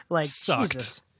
sucked